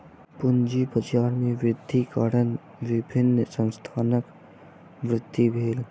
पूंजी बाजार में वृद्धिक कारण विभिन्न संस्थानक वृद्धि भेल